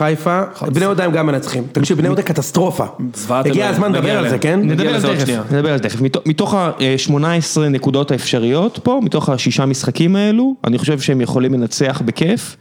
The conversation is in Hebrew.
בני יהודה הם גם מנצחים, תקשיב בני יהודה קטסטרופה, הגיע הזמן לדבר על זה, נדבר על זה עוד שנייה. נדבר על זה, מתוך ה-18 נקודות האפשריות פה, מתוך השישה משחקים האלו, אני חושב שהם יכולים לנצח בכיף.